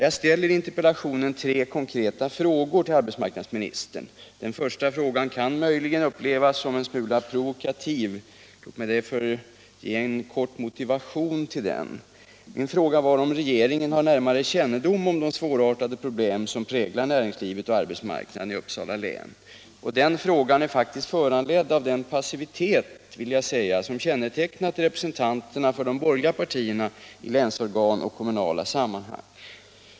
Jag ställer i interpellationen tre konkreta frågor till arbetsmarknadsministern. Den första frågan kan möjligen upplevas som en smula provokativ. Låt mig därför ge en kort motivering till den. Min fråga var om regeringen har närmare kännedom om de svårartade problem som präglar näringslivet och arbetsmarknaden i Uppsala län. Frågan är faktiskt föranledd av den passivitet som kännetecknat representanterna för de borgerliga partierna i länsorgan och kommunala sammanhang.